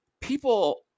people